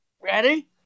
ready